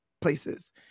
places